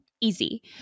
Easy